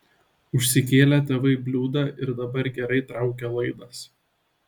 užsikėlė tėvai bliūdą ir dabar gerai traukia laidas